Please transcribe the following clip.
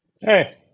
Hey